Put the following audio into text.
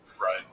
Right